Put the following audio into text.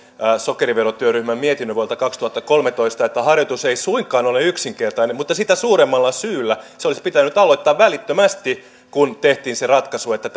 sokeriverotyöryhmän mietinnön vuodelta kaksituhattakolmetoista että harjoitus ei suinkaan ole yksinkertainen mutta sitä suuremmalla syyllä se olisi pitänyt aloittaa välittömästi kun tehtiin se ratkaisu että